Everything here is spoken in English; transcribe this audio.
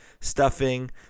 stuffing